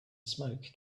smoke